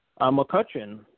McCutcheon